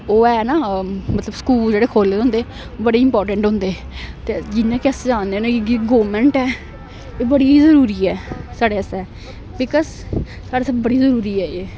ओह् ऐ ना मतलब स्कूल जेह्ड़े खोह्ले दे होंदे बड़े इम्पारटेंट होंदे ते जियां कि अस जन्ने न गौरमैंट ऐ एह् बड़ी जरूरी ऐ साढ़े आस्तै बिकास साढ़े आस्तै बड़ी जरूरी ऐ एह्